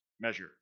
measure